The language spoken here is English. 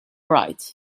right